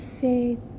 faith